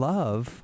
Love